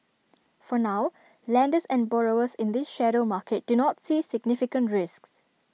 for now lenders and borrowers in this shadow market do not see significant risks